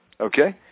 okay